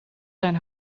zijn